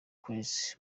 kwezi